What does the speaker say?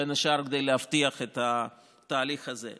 בין השאר כדי להבטיח את התהליך הזה.